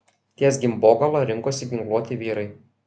ties gimbogala rinkosi ginkluoti vyrai